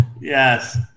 Yes